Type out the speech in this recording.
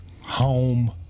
home